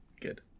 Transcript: Good